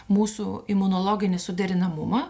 mūsų imunologinį suderinamumą